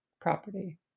property